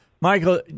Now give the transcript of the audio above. Michael